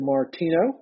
Martino